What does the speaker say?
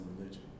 religion